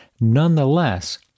Nonetheless